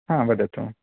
हा वदतु